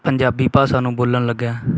ਪੰਜਾਬੀ ਭਾਸ਼ਾ ਨੂੰ ਬੋਲਣ ਲੱਗਿਆਂ